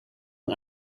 een